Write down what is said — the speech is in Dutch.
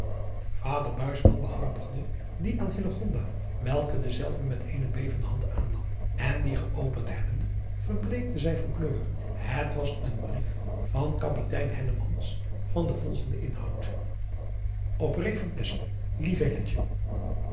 ader behandigde die aan welke denzelven met eene bevende hand aannam en dien geopend hebbende verbleekte zij van kleur et was een brief van apitein van den volgenden inhoud p de reê van exel